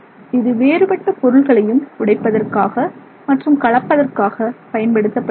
இது வேறுபட்ட பொருள்களையும் உடைப்பதற்காக மற்றும் கலப்பதற்காக பயன்படுத்தப்படுகிறது